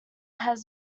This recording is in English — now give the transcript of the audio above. had